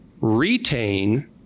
retain